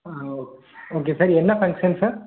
okay sir என்ன function sir